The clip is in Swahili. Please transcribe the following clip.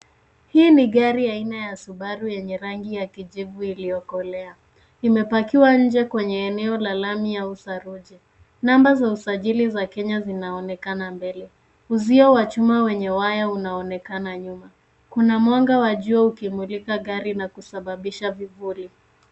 Hii ni gari aina ya Subaru yenye rangi ya kijivu iliyokolea. Imepakiwa nje kwenye eneo la lami au saruji. Namba za usajili za Kenya zinaonekana mbele. Uzio wa chuma wenye waya unaonekana nyuma. Kuna mwanga wa jua ukimulika gari na kusababisha vivuli.